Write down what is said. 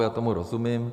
Já tomu rozumím.